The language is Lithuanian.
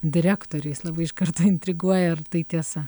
direktoriais labai iš karto intriguoja ar tai tiesa